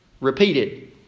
repeated